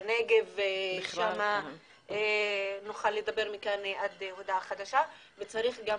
בנגב נוכל לדבר מכאן עד להודעה חדשה וצריך גם